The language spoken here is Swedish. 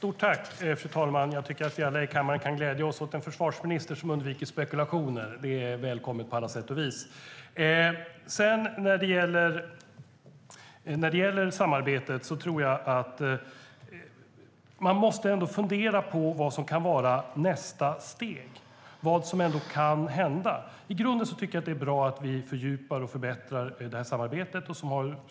Fru talman! Vi kan glädja oss åt att vi har en försvarsminister som undviker spekulationer. Det är välkommet på alla sätt och vis. När det gäller samarbetet tror jag ändå att man måste fundera på vad nästa steg kan vara, på vad som kan hända. Det är bra att vi fördjupar och förbättrar samarbetet.